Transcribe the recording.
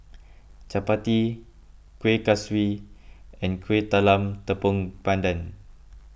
Chappati Kueh Kaswi and Kueh Talam Tepong Pandan